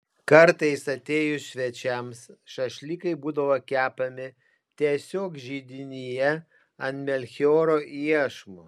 kartais atėjus svečiams šašlykai būdavo kepami tiesiog židinyje ant melchioro iešmų